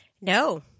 No